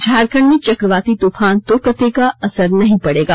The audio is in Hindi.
झारखंड में चक्रवाती तूफान तोकते का असर नहीं पड़ेगा